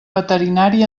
veterinari